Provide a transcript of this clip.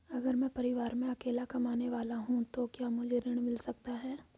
अगर मैं परिवार में अकेला कमाने वाला हूँ तो क्या मुझे ऋण मिल सकता है?